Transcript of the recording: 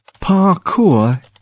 Parkour